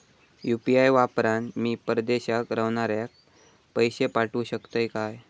UPI वापरान मी परदेशाक रव्हनाऱ्याक पैशे पाठवु शकतय काय?